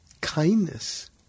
Kindness